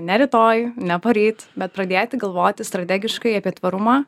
ne rytoj ne poryt bet pradėti galvoti strategiškai apie tvarumą